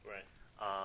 Right